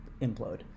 implode